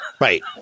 Right